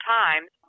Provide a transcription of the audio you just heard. times